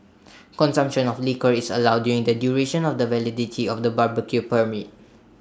consumption of liquor is allowed during the duration of the validity of the barbecue permit